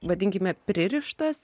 vadinkime pririštas